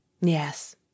yes